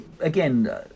again